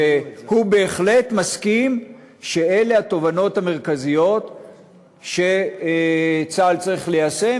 שהוא בהחלט מסכים שאלה התובנות המרכזיות שצה"ל צריך ליישם,